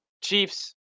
Chiefs